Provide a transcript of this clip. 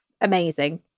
amazing